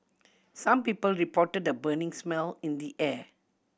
some people reported a burning smell in the air